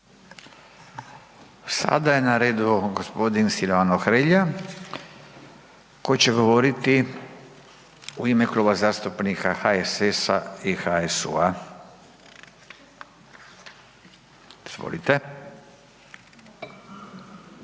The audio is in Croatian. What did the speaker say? Sada je na redu gospodin Silvano Hrelja, koji će govoriti u ime Kluba zastupnika HSS i HSU-a. Izvolite.